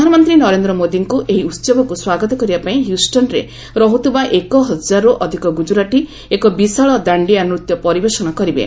ପ୍ରଧାନମନ୍ତ୍ରୀ ନରେନ୍ଦ୍ର ମୋଦୀଙ୍କ ଏହି ଉହବକୁ ସ୍ୱାଗତ କରିବା ପାଇଁ ହ୍ୟୁଷ୍ଟନରେ ରହୁଥିବା ଏକ ହକାରରୁ ଅଧିକ ଗୁଜ୍ରାଟୀ ଏକ ବିଶାଳ ଦାଷ୍ଡିଆ ନୃତ୍ୟ ପରିବେଷଣ କରିବେ